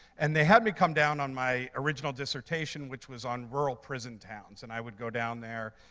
and they had me come down on my original dissertation, which was on rural prison towns. and i would go down there,